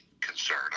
concern